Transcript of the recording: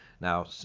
Now